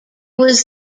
was